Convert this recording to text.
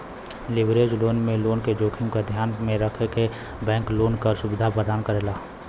leverage loan में loan क जोखिम क ध्यान में रखके बैंक लोन क सुविधा प्रदान करेला